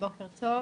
בוקר טוב.